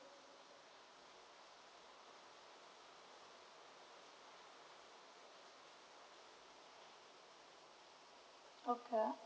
okay